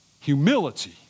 humility